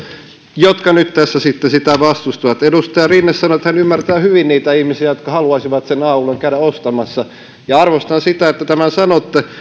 jotka nyt tässä sitä vastustavat edustaja rinne sanoi että hän ymmärtää hyvin niitä ihmisiä jotka haluaisivat sen a oluen käydä ostamassa ja arvostan sitä että tämän sanotte